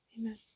Amen